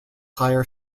higher